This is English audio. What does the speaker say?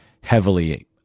heavily